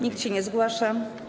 Nikt się nie zgłasza.